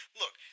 look